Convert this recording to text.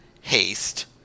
haste